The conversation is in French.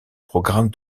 programme